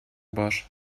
баш